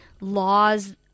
laws